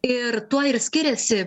ir tuo ir skiriasi